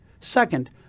Second